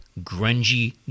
grungy